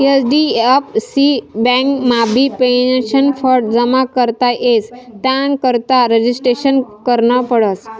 HDFC बँकमाबी pension fund जमा करता येस त्यानाकरता रजिस्ट्रेशन करनं पडस